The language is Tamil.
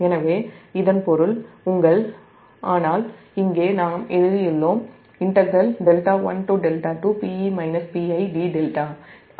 எனவே நாங்கள் இங்கே எழுதியுள்ளோம் அது பகுதி bce பரப்பளவுA2